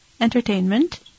entertainment